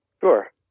Sure